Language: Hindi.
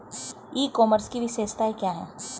ई कॉमर्स की विशेषताएं क्या हैं?